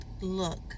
look